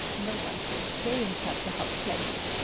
no one could stay in such a hot place!